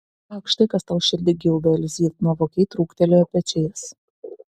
ak štai kas tau širdį gildo elzyt nuovokiai trūktelėjo pečiais